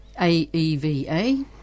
AEVA